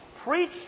Preach